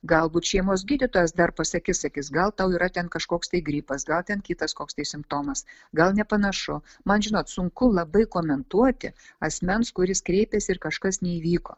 galbūt šeimos gydytojas dar pasakys sakys gal tau yra ten kažkoks tai gripas gal ten kitas koks tai simptomas gal nepanašu man žinot sunku labai komentuoti asmens kuris kreipėsi ir kažkas neįvyko